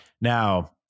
now